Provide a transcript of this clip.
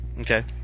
Okay